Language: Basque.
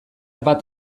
bat